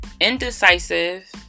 indecisive